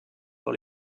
dans